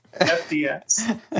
FDS